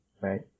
right